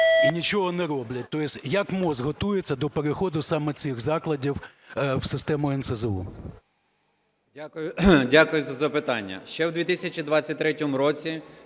і нічого не роблять. Тобто як МОЗ готується до переходу саме цих закладів у систему НСЗУ? 10:52:24 ЛЯШКО В.К. Дякую за запитання. Ще в 2023 році